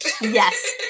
Yes